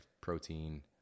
protein